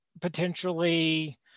potentially